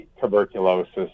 tuberculosis